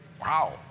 wow